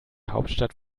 hauptstadt